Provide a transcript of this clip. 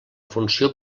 funció